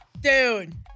Dude